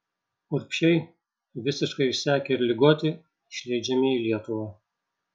urbšiai visiškai išsekę ir ligoti išleidžiami į lietuvą